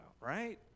right